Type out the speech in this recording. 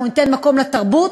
אנחנו ניתן מקום לתרבות,